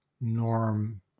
Norm